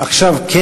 עכשיו כן,